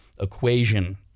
equation